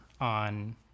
on